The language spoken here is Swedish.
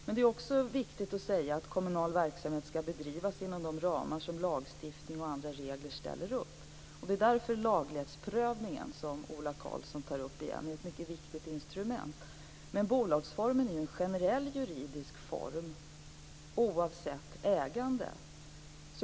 Det är också viktigt att säga att kommunal verksamhet skall bedrivas inom de ramar som lagstiftning och andra regler ställer upp. Det är därför laglighetsprövning, som Ola Karlsson tar upp igen, är ett mycket viktigt instrument. Men bolagsformen är en generell juridisk form, oavsett ägande.